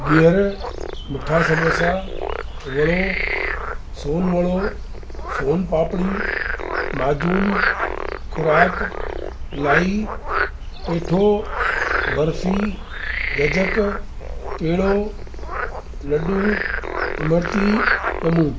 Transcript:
गिहर मीठा समोसा खिमड़ो सोनवड़ो सोनपापड़ी माजून ख़ोराक लाई पेठो बर्फी गजक पेड़ो लॾूं इमरती ॼमूं